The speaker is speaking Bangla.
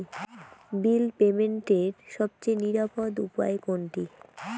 বিল পেমেন্টের সবচেয়ে নিরাপদ উপায় কোনটি?